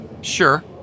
Sure